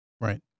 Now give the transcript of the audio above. Right